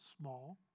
small